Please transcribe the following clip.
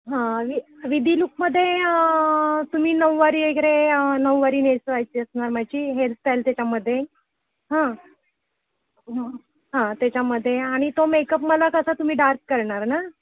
हां वि विधी लुकमध्ये तुम्ही नऊवारी वगैरे नऊवारी नेसवायची असणार माझी हेअरस्टाईल त्याच्यामध्ये हां हां त्याच्यामध्ये आणि तो मेकअप मला कसा तुम्ही डार्क करणार ना